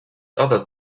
other